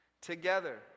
Together